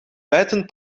bijtend